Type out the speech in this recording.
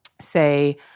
say –